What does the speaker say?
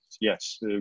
yes